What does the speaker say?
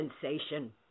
sensation